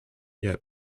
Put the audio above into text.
yet